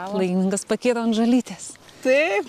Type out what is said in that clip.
laimingas pakiro ant žolytės taip